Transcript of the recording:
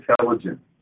intelligent